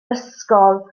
ysgol